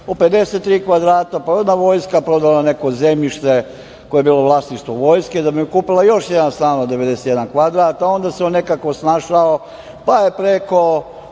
od 53 kvadrata, pa je onda Vojska prodala neko zemljište koje je bilo vlasništvo Vojske da bi mu kupila još jedan stan od 91 kvadrat, a onda se on nekako snašao, pa je preko